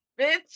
bitch